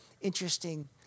interesting